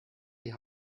die